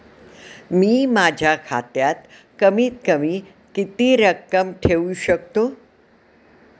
मी माझ्या खात्यात कमीत कमी किती रक्कम ठेऊ शकतो?